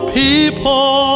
people